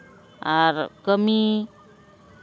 ᱟᱨ ᱠᱟᱹᱢᱤ